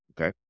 okay